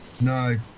No